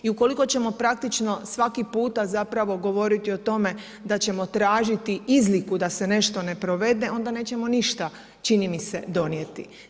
I ukoliko ćemo praktično svaki puta govoriti o tome da ćemo tražiti izliku da se nešto ne provede, onda nećemo ništa čini mi se donijeti.